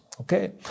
Okay